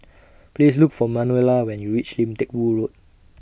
Please Look For Manuela when YOU REACH Lim Teck Boo Road